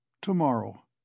Tomorrow